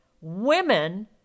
Women